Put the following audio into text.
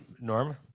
Norm